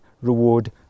reward